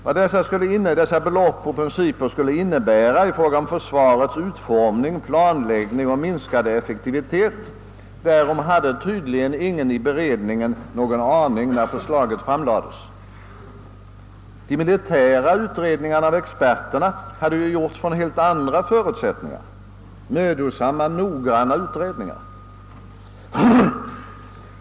Vad dessa belopp och principer skulle innebära i fråga om försvarets utformning, handläggning och minskade effektivitet hade tydligen ingen inom beredningen någon aning när förslaget framlades. De militära utredningarna av experterna — mödosamma, noggranna utredningar — hade ju gjorts ifrån helt andra förutsättningar.